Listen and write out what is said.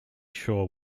sure